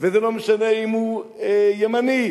זה לא משנה אם הוא קומוניסט וזה לא משנה אם הוא ימני.